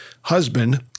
husband